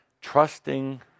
trusting